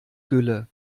gülle